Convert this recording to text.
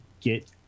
get